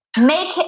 make